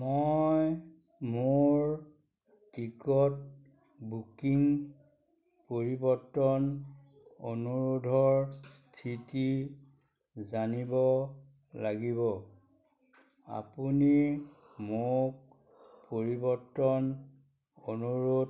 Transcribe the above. মই মোৰ ticket booking পৰিৱৰ্তন অনুৰোধৰ স্থিতি জানিব লাগিব আপুনি মোক পৰিৱৰ্তন অনুৰোধ